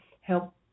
help